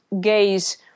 gays